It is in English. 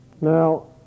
now